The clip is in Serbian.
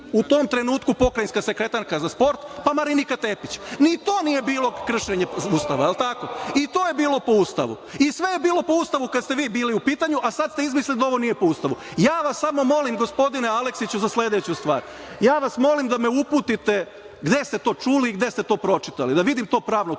u tom trenutku pokrajinska sekretarka za sport? Pa, Marinika Tepić. Ni to nije bilo kršenje Ustava, jel tako i to je bilo po Ustavu i sve je bilo po Ustavu kada ste vi bili u pitanju, a sada ste izmislili da ovo nije po Ustavu? Ja vas samo molim gospodine Aleksiću za sledeću stvar, ja vas molim da me uputite gde ste to čuli i gde ste to pročitali, da vidim to pravno